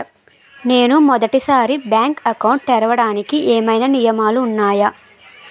నేను మొదటి సారి బ్యాంక్ అకౌంట్ తెరవడానికి ఏమైనా నియమాలు వున్నాయా?